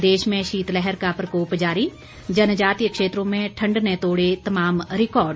प्रदेश में शीतलहर का प्रकोप जारी जनजातीय क्षेत्रों में ठंड ने तोड़े तमाम रिकॉर्ड